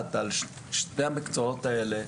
הדעת על שני המקצועות האלה.